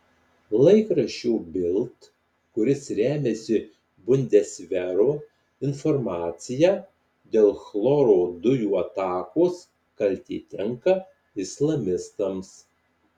laikraščio bild kuris remiasi bundesveru informacija dėl chloro dujų atakos kaltė tenka islamistams